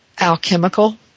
alchemical